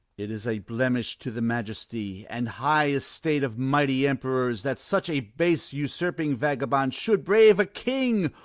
it is a blemish to the majesty and high estate of mighty emperors, that such a base usurping vagabond should brave a king,